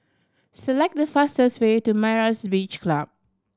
select the fastest way to Myra's Beach Club